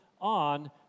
on